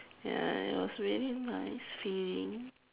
ya it was really nice feeling